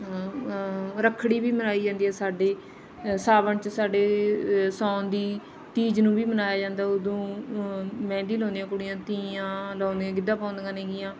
ਰੱਖੜੀ ਵੀ ਮਨਾਈ ਜਾਂਦੀ ਹੈ ਸਾਡੇ ਸਾਵਣ 'ਚ ਸਾਡੇ ਸਾਉਣ ਦੀ ਤੀਜ ਨੂੰ ਵੀ ਮਨਾਇਆ ਜਾਂਦਾ ਉਦੋਂ ਮਹਿੰਦੀ ਲਾਉਂਦੀਆਂ ਕੁੜੀਆਂ ਤੀਆਂ ਲਾਉਂਦੀਆਂ ਗਿੱਧਾ ਪਾਉਂਦੀਆਂ ਹੈਗੀਆਂ